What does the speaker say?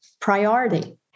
priority